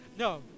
No